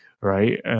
right